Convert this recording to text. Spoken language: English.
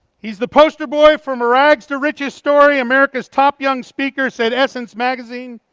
he's the poster boy from a rags-to-riches story, america's top young speaker, said essence magazine.